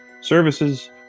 services